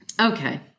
Okay